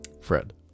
Fred